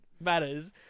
matters